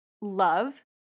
love